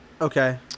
Okay